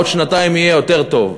עוד שנתיים יהיה יותר טוב,